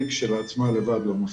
היא כשלעצמה לבד לא מספיקה.